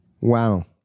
Wow